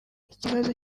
ikibazo